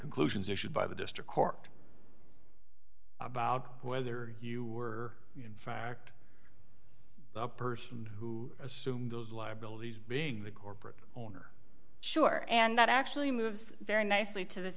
conclusions issued by the district court about whether you were the person who assume those liabilities being the corporate owner sure and that actually moves very nicely to this